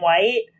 white